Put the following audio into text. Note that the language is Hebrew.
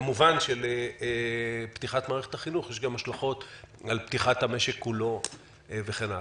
כמובן שלפתיחת מערכת החינוך יש גם השלכות על פתיחת המשק כולו וכן הלאה.